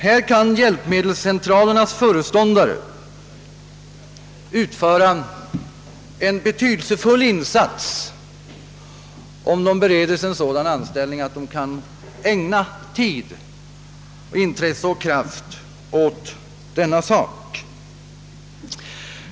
Här kan hjälpmedelscentralernas föreståndare göra en betydelsefull insats, om de bereds en sådan anställning att de kan ägna tid, intresse och kraft åt denna sak.